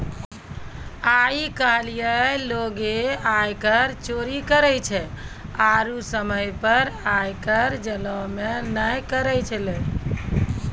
आइ काल्हि लोगें आयकर चोरी करै छै आरु समय पे आय कर जमो नै करै छै